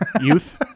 Youth